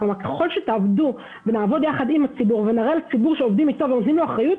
וככל שנעבוד יחד עם הציבור ונראה לו שנותנים לו אחריות,